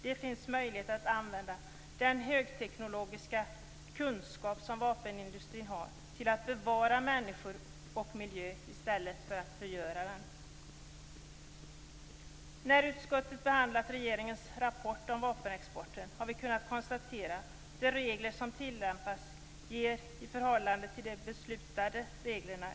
Det finns möjlighet att använda den högteknologiska kunskap som vapenindustrin har till att bevara i stället för att förgöra människor och miljö. När utskottet behandlat regeringens rapport om vapenexporten har vi kunnat konstatera att de regler som tillämpas ger ett stort svängrum i förhållande till de beslutade reglerna.